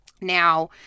Now